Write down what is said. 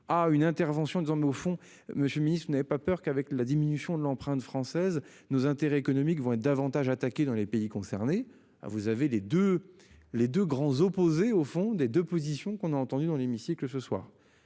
une intervention disant mais au fond monsieur miss, vous n'avez pas peur qu'avec la diminution de l'empreinte française nos intérêts économiques vont être davantage attaqué dans les pays concernés. Ah vous avez les deux, les deux grands opposés au fond des de positions qu'on a entendu dans l'hémicycle ce soir.